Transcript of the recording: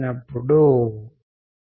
అస్పష్టతఅంబిగ్విటిambiguity